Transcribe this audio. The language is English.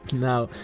now,